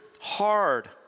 hard